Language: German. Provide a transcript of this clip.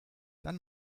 dann